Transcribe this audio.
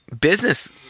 business